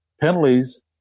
penalties